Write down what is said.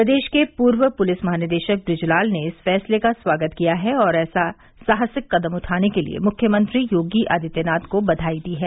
प्रदेश के पूर्व पुलिस महानिदेशक बृजलाल ने इस फैसले का स्वागत किया है और ऐसा साहसिक कदम उठाने के लिए मुख्यमंत्री योगी आदित्यनाथ को बधाई दी है